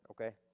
okay